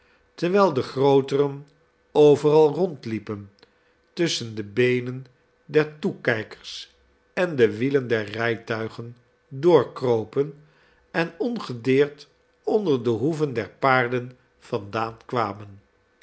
terwijl de grooteren overal rondliepen tusschen de beenen der toekijkers en de wielen der rijtuigen doorkropen en ongedeerd onder de hoeven der paarden vandaan kwamen